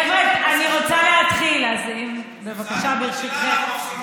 חבר'ה, אני רוצה להתחיל, בבקשה, ברשותכם.